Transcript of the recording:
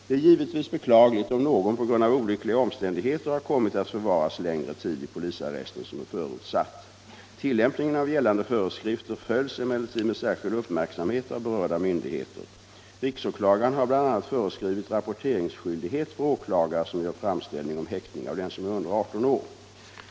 Det är givetvis beklagligt om någon på grund av olyckliga omständigheter har kommit att förvaras längre tid i polisarrest än som är förutsatt. Tillämpningen av gällande föreskrifter följs emellertid med särskild uppmärksamhet av berörda myndigheter. Riksåklagaren har bl.a. föreskrivit rapporteringsskyldighet för åklagare som gör framställning om häktning av den som är under 18 år.